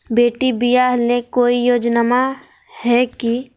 बेटी ब्याह ले कोई योजनमा हय की?